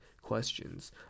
questions